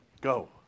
Go